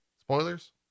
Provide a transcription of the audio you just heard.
Spoilers